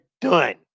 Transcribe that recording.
done